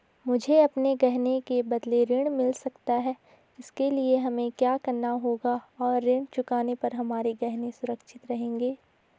मुझे अपने गहने के बदलें ऋण मिल सकता है इसके लिए हमें क्या करना होगा और ऋण चुकाने पर हमारे गहने सुरक्षित रहेंगे?